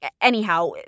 anyhow